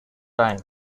time